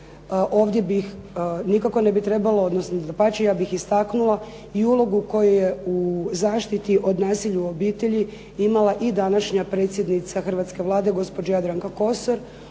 Ovdje bih, nikako ne bi trebalo, odnosno dapače ja bih istaknula, i ulogu koju je u zaštiti od nasilja u obitelji imala i današnja predsjednica Hrvatske Vlade gospođa Jadranka Kosor,